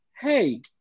hey